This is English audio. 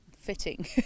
fitting